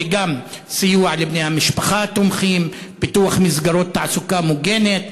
וגם סיוע לבני-המשפחה התומכים: פיתוח מסגרות תעסוקה מוגנת,